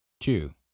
two